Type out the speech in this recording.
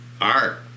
art